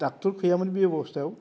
doctor गैयामोन बेबस्थायाव